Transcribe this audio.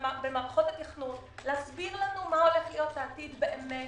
במערכות התכנון להסביר לנו מה הולך להיות העתיד באמת.